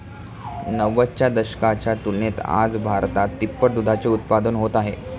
नव्वदच्या दशकाच्या तुलनेत आज भारतात तिप्पट दुधाचे उत्पादन होत आहे